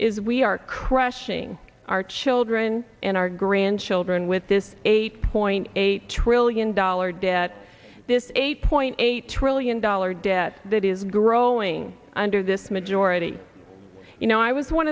is we are crushing our children and our grandchildren with this eight point eight trillion dollar debt this eight point eight trillion dollar debt that is growing under this majority you know i was one